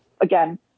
Again